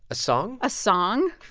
a song? a song.